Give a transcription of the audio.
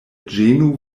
ĝenu